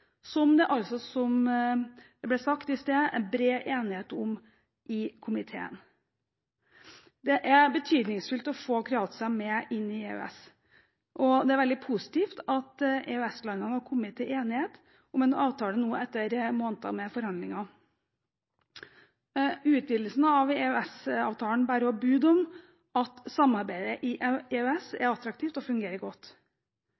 som det er bred enighet om i komiteen, som det ble sagt i sted. Det er betydningsfullt å få Kroatia med i EØS, og det er veldig positivt at EØS-landene nå har kommet til enighet om en avtale etter måneder med forhandlinger. Utvidelsen av EØS-avtalen bærer også bud om at samarbeidet i EØS er attraktivt og fungerer godt.